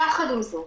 יחד עם זאת,